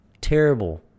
Terrible